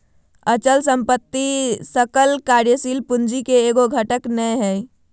अचल संपत्ति सकल कार्यशील पूंजी के एगो घटक नै हइ